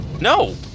No